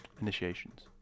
initiations